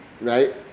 right